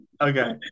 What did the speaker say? Okay